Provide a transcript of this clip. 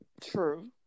True